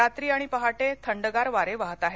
रात्री आणि पहाटे थंडगार वारे वाहत आहेत